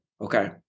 okay